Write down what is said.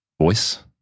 Voice